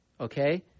okay